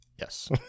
Yes